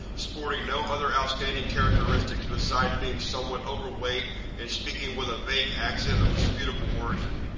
sporting no other outstanding characteristics besides being somewhat overweight and speaking with a vague accent of disputable origin.